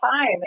time